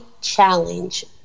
challenge